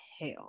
hell